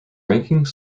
rankings